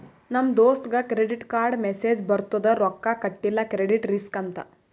ನಮ್ ದೋಸ್ತಗ್ ಕ್ರೆಡಿಟ್ ಕಾರ್ಡ್ಗ ಮೆಸ್ಸೇಜ್ ಬರ್ತುದ್ ರೊಕ್ಕಾ ಕಟಿಲ್ಲ ಕ್ರೆಡಿಟ್ ರಿಸ್ಕ್ ಅಂತ್